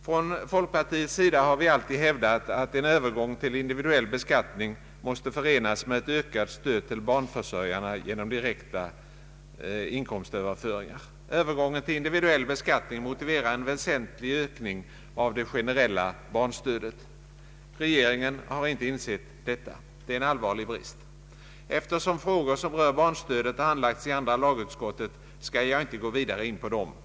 Från folkpartiets sida har vi alltid hävdat att en övergång till individuell beskattning måste förenas med ökat stöd till barnförsörjarna genom direkta inkomstöverföringar. Övergången = till individuell beskattning motiverar en väsentlig ökning av det generella barnstödet. Regeringen har inte insett detta. Det är en allvarlig brist. Eftersom frågor som rör barnstödet handlagts i andra lagutskottet, skall jag inte gå vidare in på dem.